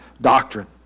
doctrine